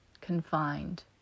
confined